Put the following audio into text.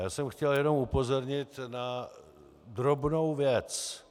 Já jsem chtěl jenom upozornit na drobnou věc.